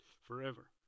forever